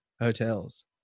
hotels